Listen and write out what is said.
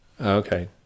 Okay